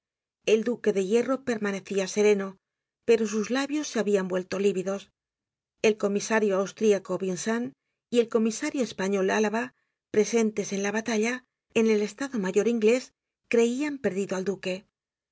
el duque de hierro permanecia sereno pero sus labios se habian vuelto lívidos el comisario austríaco vincent y el comisario español alava presentes á la batalla en el estado mayor inglés creian perdido al duque a